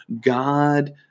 God